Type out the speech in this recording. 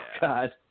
God